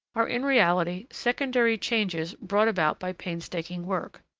are in reality secondary changes brought about by painstaking work.